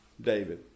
David